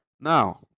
now